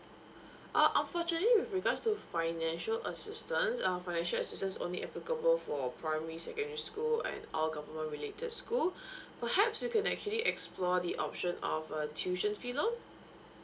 ah unfortunately with regards to financial assistance uh financial assistance only applicable for primary secondary school and all government related school perhaps you can actually explore the option of uh tuition fee loan